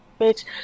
Bitch